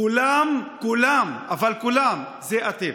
כולם, כולם, אבל כולם, זה אתם.